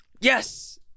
Yes